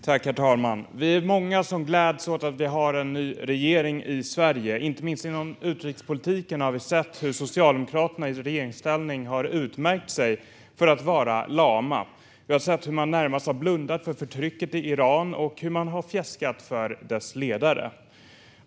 Herr talman! Vi är många som gläds åt att vi har en ny regering i Sverige. Inte minst inom utrikespolitiken har vi sett hur Socialdemokraterna i regeringsställning utmärkt sig för att vara lama. Vi har sett hur man närmast blundat för förtrycket i Iran och fjäskat för dess ledare.